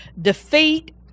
defeat